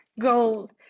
goal